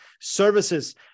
services